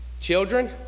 Children